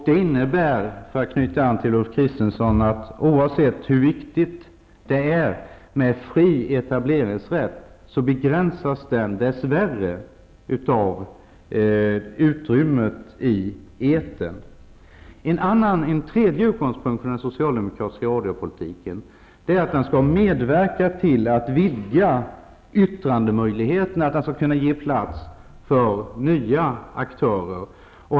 Detta innebär, för att knyta an till det som Ulf Kristersson sade, att den fria etableringsrätten, oavsett hur viktig den är, dess värre begränsas av utrymmet i etern. En tredje utgångspunkt för den socialdemokratiska radiopolitiken är att den skall medverka till att vidga yttrandemöjligheterna. Den skall kunna ge plats för nya aktörer.